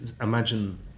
imagine